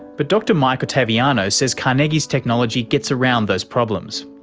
but dr mike ottaviano says carnegie's technology gets around those problems.